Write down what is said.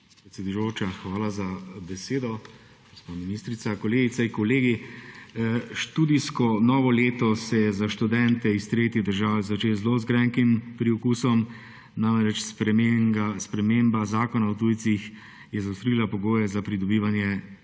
Predsedujoča, hvala za besedo. Gospa ministrica, kolegice in kolegi! Študijsko novo leto se je za študente iz tretjih držav začelo zelo z grenkim priokusom, namreč sprememba Zakona o tujcih je zaostrila pogoje za pridobivanje